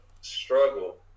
struggle